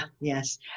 yes